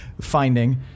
finding